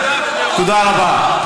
תודה רבה,